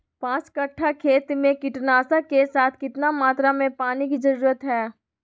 पांच कट्ठा खेत में कीटनाशक के साथ कितना मात्रा में पानी के जरूरत है?